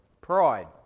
pride